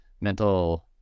mental